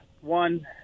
one